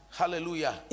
hallelujah